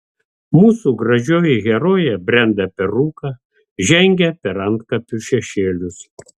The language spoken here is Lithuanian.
mūsų gražioji herojė brenda per rūką žengia per antkapių šešėlius